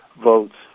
votes